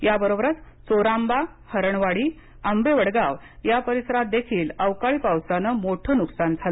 या बरोबरच चोरांबा हरणवाडी आंबेवडगांव या परिसरात देखील अवकाळी पावसानं मोठं नुकसान झालं